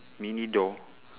mini door